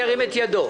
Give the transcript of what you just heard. ירים את ידו.